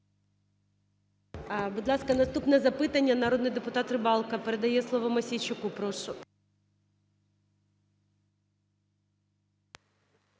Будь ласка, наступне запитання народний депутат Рибалка. Передає слово Мосійчуку. Прошу.